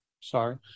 Sorry